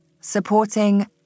Supporting